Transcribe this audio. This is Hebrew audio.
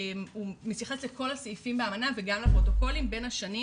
הוא מתייחס לכל הסעיפים באמנה וגם לפרוטוקולים בין השנים